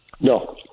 No